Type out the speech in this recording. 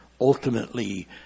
ultimately